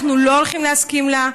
אנחנו לא הולכים להסכים לה.